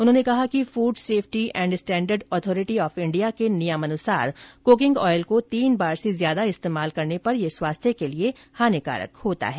उन्होंने कहा कि Food Safety and Standard Authority of India के नियमानुसार कुकिंग ऑयल को तीन बार से ज्यादा इस्तेमाल करने पर यह स्वास्थ्य के लिए हानिकारक होता है